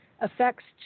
affects